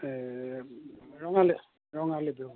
এ Rongali ৰঙালীটো